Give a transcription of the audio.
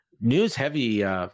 news-heavy